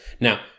Now